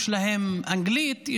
יש להם באנגלית,